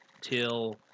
till